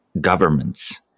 governments